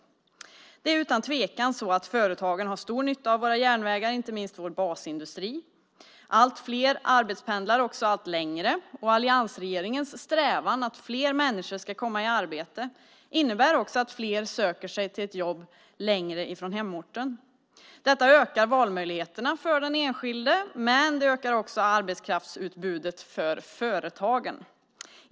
Det är utan tvekan så att företagen har stor nytta av våra järnvägar, inte minst vår basindustri. Allt fler arbetspendlar allt längre. Alliansregeringens strävan att fler människor ska komma i arbete innebär också att fler söker sig till ett jobb längre från hemorten. Detta ökar valmöjligheterna för den enskilde men ökar också arbetskraftsutbudet för företagen.